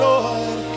Lord